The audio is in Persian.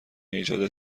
ایجاد